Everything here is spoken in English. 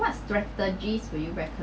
what strategies will you recommend